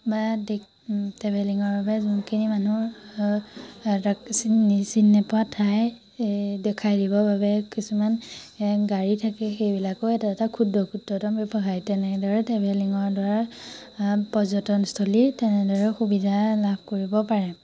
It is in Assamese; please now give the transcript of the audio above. বা ট্ৰেভেলিঙৰ বাবে যোনখিনি মানুহ চিনি নোপোৱা ঠাই দেখাই দিবৰ বাবে কিছুমান এ গাড়ী থাকে সেইবিলাকো এটা এটা ক্ষুদ্ৰ ক্ষুদ্ৰতম ব্যৱসায় তেনেদৰে ট্ৰেভেলিঙৰ দ্বাৰা আ পৰ্যটনস্থলী তেনেদৰে সুবিধা লাভ কৰিব পাৰে